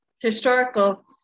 historical